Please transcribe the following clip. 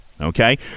Okay